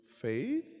faith